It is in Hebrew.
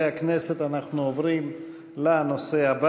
נעבור להצעות לסדר-היום בנושא: